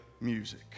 music